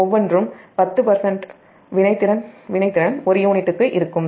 ஒவ்வொன்றும் 10 வினைத்திறன் ஒரு யூனிட்டுக்கு இருக்கும்